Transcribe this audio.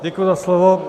Děkuji za slovo.